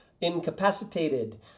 incapacitated